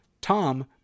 Tom